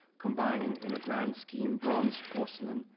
combining in a grand scheme bronze porcelain,